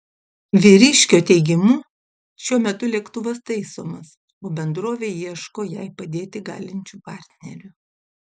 vyriškio teigimu šiuo metu lėktuvas taisomas o bendrovė ieško jai padėti galinčių partnerių